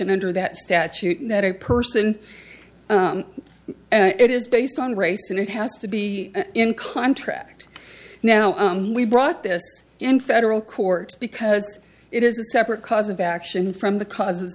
should under that statute that a person it is based on race and it has to be in contract now we brought this in federal court because it is a separate cause of action from the cause